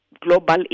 global